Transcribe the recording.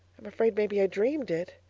i'm afraid maybe i dreamed it.